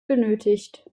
benötigt